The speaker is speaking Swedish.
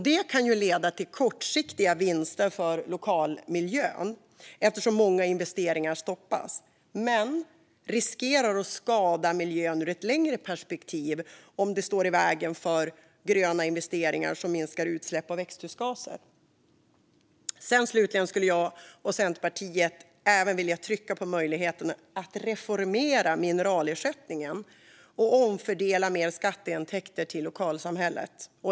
Det kan leda till kortsiktiga vinster för lokalmiljön, eftersom många investeringar stoppas. Men det riskerar att skada miljön i ett längre perspektiv om det står i vägen för gröna investeringar som minskar utsläpp av växthusgaser. Slutligen vill jag och Centerpartiet även trycka på möjligheten att reformera mineralersättningen och omfördela mer skatteintäkter till lokalsamhället.